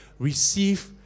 Receive